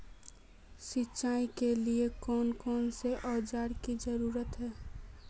सिंचाई के लिए कौन कौन से औजार की जरूरत है?